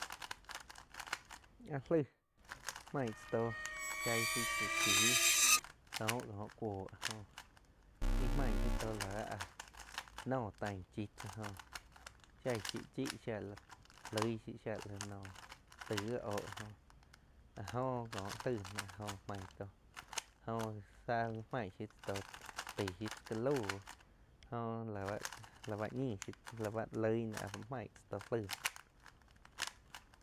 Áh laig maig tzá tóh shaih shiu tsá chih sóh kóh cuoh jo íh maig shiu tóh la báh áh nóh taig chii tzá jo shaig shiu chí, shia la loig shiuh shia la noh tai gi oh jóh áh jo kóh laih nóh jóh maig tóh joh tzá li maig shiu tzá tóh tai shiu tzá ka lauh jo la báh ñin shiu tzaig la bá loig náh áh maig tzá tóh laig noh.